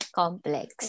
complex